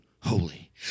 holy